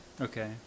Okay